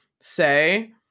say